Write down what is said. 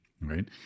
right